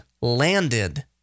landed